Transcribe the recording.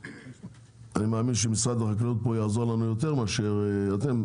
אני מאמין שמשרד החקלאות יעזרו לנו יותר מאשר אתם,